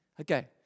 Okay